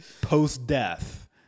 post-death